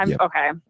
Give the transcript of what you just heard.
okay